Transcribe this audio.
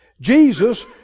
Jesus